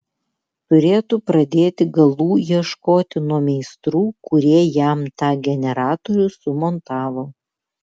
turėtų pradėti galų ieškoti nuo meistrų kurie jam tą generatorių sumontavo